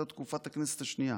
שהייתה תקופת הכנסת השנייה,